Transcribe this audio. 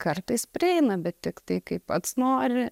kartais prieina bet tiktai kaip pats nori